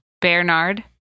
Bernard